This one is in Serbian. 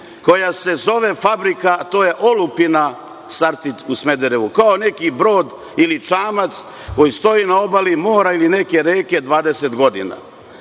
koja se zove fabrika, a to je olupina „Sartid“ u Smederevu, kao neki brod ili čamac koji stoji na obali mora ili neke reke 20 godina.